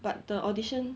but the audition